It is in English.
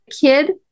kid